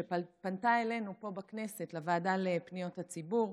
שפנתה אלינו פה בכנסת לוועדה לפניות הציבור,